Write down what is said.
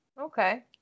Okay